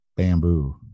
bamboo